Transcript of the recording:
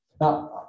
Now